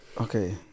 okay